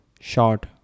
short